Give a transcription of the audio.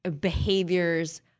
behaviors